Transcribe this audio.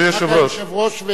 רק היושב-ראש,